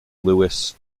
lewis